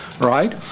right